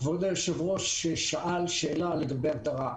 כבוד היושב-ראש שאל שאלה לגבי ההגדרה.